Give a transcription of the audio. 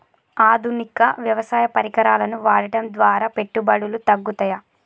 ఆధునిక వ్యవసాయ పరికరాలను వాడటం ద్వారా పెట్టుబడులు తగ్గుతయ?